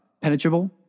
penetrable